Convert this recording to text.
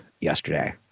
yesterday